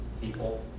People